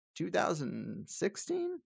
2016